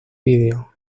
vídeo